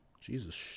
Jesus